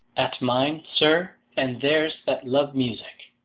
at mine, sir, and theirs that love music.